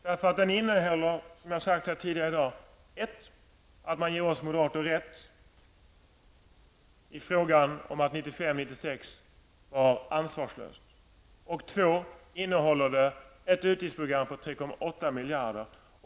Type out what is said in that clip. Som jag har sagt tidigare i dag innebär den för det första att man ger oss moderater rätt i fråga om att beslutet om 1995/96 var ansvarslöst. För det andra innehåller det ett program på 3,8 miljarder.